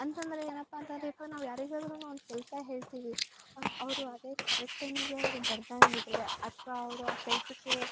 ಅಂತಂದರೆ ಏನಪ್ಪ ಅಂತಂದರೆ ಇವಾಗ ನಾವು ಯಾರಿಗಾದ್ರೂ ಒಂದು ಕೆಲಸ ಹೇಳ್ತಿವಿ ಅವರು ಅದೇ ಕರೆಕ್ಟ್ ಟೈಮಿಗೆ ಅವರು ಬರ್ದಾಂಗೆ ಇದ್ರೆ ಅಥ್ವಾ ಅವರು ಆ ಕೆಲಸಕ್ಕೆ